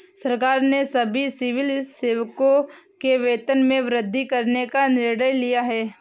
सरकार ने सभी सिविल सेवकों के वेतन में वृद्धि करने का निर्णय लिया है